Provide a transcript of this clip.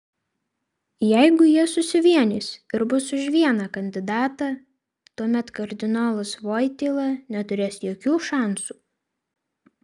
jeigu jie susivienys ir bus už vieną kandidatą tuomet kardinolas voityla neturės jokių šansų